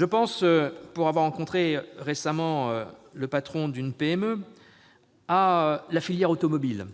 automobile, pour avoir rencontré, récemment, le patron d'une PME de ce secteur.